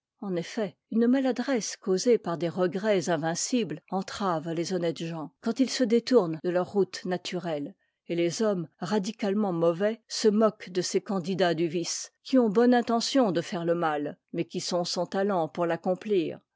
en effet une maladresse causée par des regrets invincibles entrave les honnêtes gens quand ils se détournent de leur route naturelle et les hommes radicalement mauvais se moquent de ces candidats du vice qui ont bonne intention de faire le mal mais qui sont sans talent pour l'accomplir